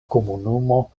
komunumo